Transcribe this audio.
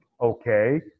okay